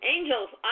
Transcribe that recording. Angels